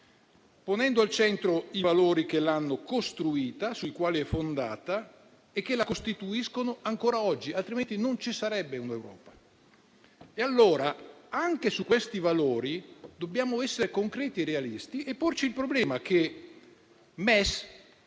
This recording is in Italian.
ponendo al centro i valori che l'hanno costruita, sui quali è fondata e che la costituiscono ancora oggi, altrimenti non ci sarebbe un'Europa. Anche su questi valori dobbiamo essere concreti e realisti. MES, Patto di